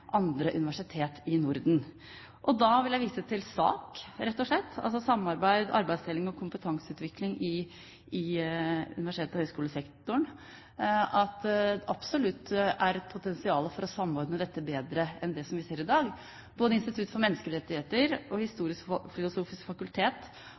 andre universiteter i Norden. Da vil jeg rett og slett vise til at SAK – samarbeid, arbeidsdeling og faglig konsentrasjon – i universitets- og høyskolesektoren absolutt er et potensial for å samordne dette bedre enn det som vi ser i dag. Både Norsk senter for menneskerettigheter og